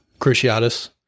Cruciatus